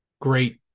great